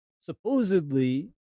supposedly